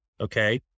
okay